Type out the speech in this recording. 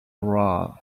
roll